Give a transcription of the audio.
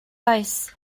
oes